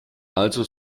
also